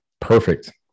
Perfect